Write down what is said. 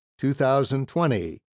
2020